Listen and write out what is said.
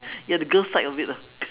you're the girl side of it lah